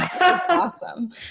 awesome